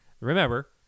Remember